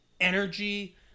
energy